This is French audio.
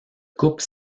couple